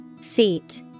Seat